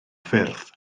ffyrdd